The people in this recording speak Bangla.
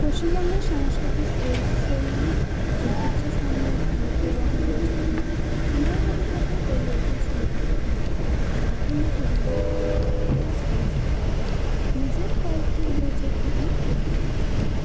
পশ্চিমবঙ্গের সাংস্কৃতিক ও শৈলিক ঐতিহ্য সমৃদ্ধ এবং বৈচিত্র্যময় সময়ের সাথে সাথে এই ঐতিহ্য বিকশিত হয়েছে এবং নতুন নতুন রূপ ধারণ দিয়ে করেছে নিচে এর কয়েকটি উল্লেখযোগ্য দিক তুলে ধরা হলো